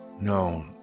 no